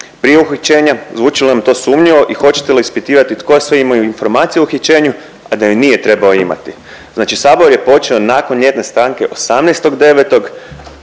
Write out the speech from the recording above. prije uhićenja, zvuči li vam to sumnjivo i hoćete li ispitivati tko je sve imao informacije o uhićenju, a da ih nije trebao imati? Znači sabor je počeo nakon ljetne stanke 18.9.,